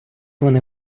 вони